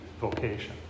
vocation